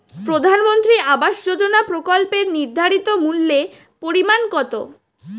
প্রধানমন্ত্রী আবাস যোজনার প্রকল্পের নির্ধারিত মূল্যে পরিমাণ কত?